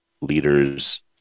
leaders